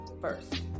first